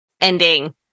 ending